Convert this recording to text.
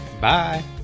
Bye